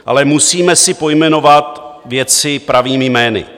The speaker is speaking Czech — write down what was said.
Ale musíme si pojmenovat věci pravými jmény.